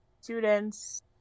students